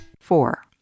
four